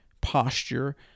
posture